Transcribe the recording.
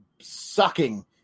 sucking